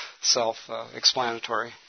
self-explanatory